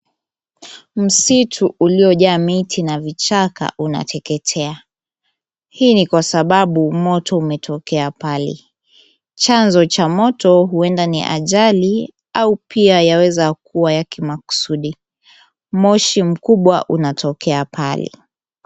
Msitu uliojaa miti na vichaka unateketea. Hii ni kwa sababu moto umetokea pale. Chanzo cha moto huenda ni ajali au pia yaweza kuwa ya kimaksudi. Moshi mkubwa unatokea pale.